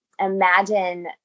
Imagine